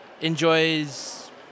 enjoys